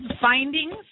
Findings